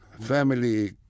family